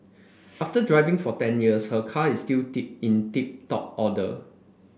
after driving for ten years her car is still tip in tip top order